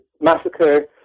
massacre